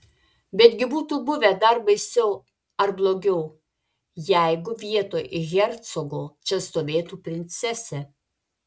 betgi būtų buvę dar baisiau ar blogiau jeigu vietoj hercogo čia stovėtų princesė